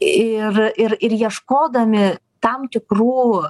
ir ir ir ieškodami tam tikrų